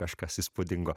kažkas įspūdingo